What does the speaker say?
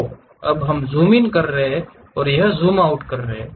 तो अब हम ज़ूम इन कर रहे हैं यह ज़ूम आउट कर रहा है